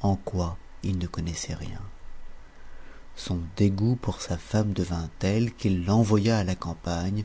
en quoi il ne connaissait rien son dégoût pour sa femme devint tel qu'il l'envoya à la campagne